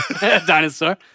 Dinosaur